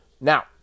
now